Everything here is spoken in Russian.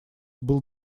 был